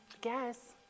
guess